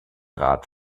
rat